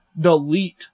delete